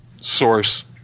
source